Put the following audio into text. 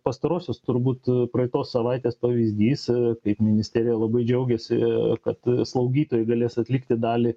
pastarosios turbūt praeitos savaitės pavyzdys kaip ministerija labai džiaugėsi kad slaugytojai galės atlikti dalį